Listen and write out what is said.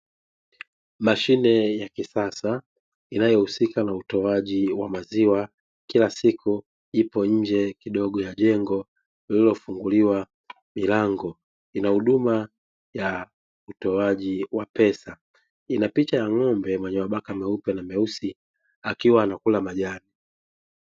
Mashine ya kisasa inayohusika na utoaji wa maziwa kila siku, ipo nje kidogo ya jengo liliofungukiwa milango, ina huduma ya utoaji wa pesa ina picha ya ng'ombe mwenye mabaka meupe na meusi akiwa anakula majani.